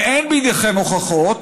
אם אין בידיכם הוכחות,